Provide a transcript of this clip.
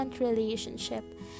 relationship